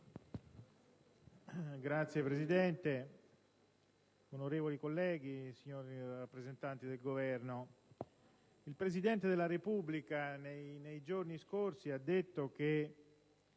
Signor Presidente, onorevoli colleghi, rappresentanti del Governo, il Presidente della Repubblica nei giorni scorsi ha detto che